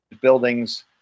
buildings